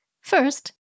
First